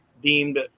deemed